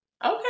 Okay